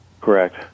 Correct